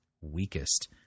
weakest